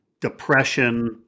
depression